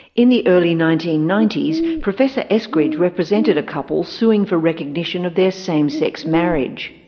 in the early nineteen ninety s, professor eskridge represented a couple suing for recognition of their same-sex marriage.